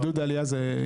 עידוד עלייה זה,